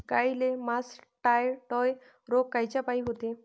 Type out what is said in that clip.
गाईले मासटायटय रोग कायच्यापाई होते?